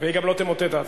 והיא גם לא תמוטט, ההצעה.